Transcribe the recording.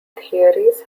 theories